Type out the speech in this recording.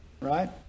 right